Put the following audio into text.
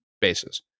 bases